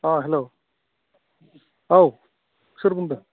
अ हेल' औ सोर बुंदों